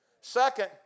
Second